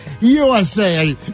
USA